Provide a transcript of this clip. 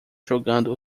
jogando